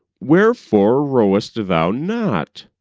wherefore rowest thou not